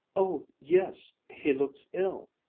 oh yes, he looks ill.